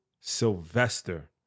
Sylvester